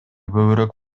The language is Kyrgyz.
көбүрөөк